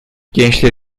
gençler